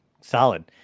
Solid